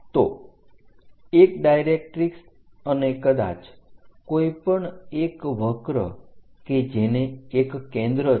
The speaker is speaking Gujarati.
તો એક ડાઇરેક્ટરીક્ષ અને કદાચ કોઈપણ એક વક્ર કે જેને એક કેન્દ્ર છે